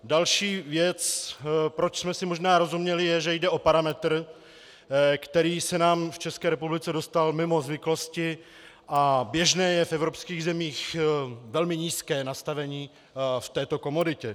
Další věc, proč jsme si možná rozuměli, je, že jde o parametr, který se nám v České republice dostal mimo zvyklosti, a běžné je v evropských zemích velmi nízké nastavení v této komoditě.